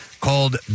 called